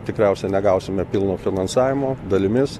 tikriausiai negausime pilno finansavimo dalimis